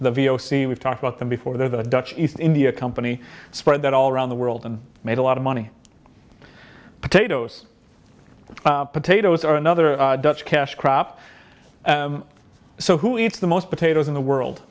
the v o c we've talked about them before the dutch east india company spread that all around the world and made a lot of money potatoes potatoes are another dutch cash crop so who eats the most potatoes in the world